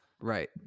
right